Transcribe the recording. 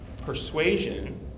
persuasion